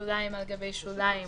שוליים על גבי שוליים